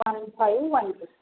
one five one fix